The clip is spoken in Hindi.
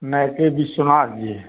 नहीं के विश्वनाथ जी